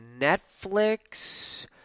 Netflix